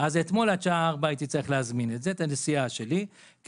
אז הייתי צריך להזמין את הנסיעה שלי עד אתמול בשעה 16:00,